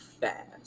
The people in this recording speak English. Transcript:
fast